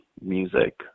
music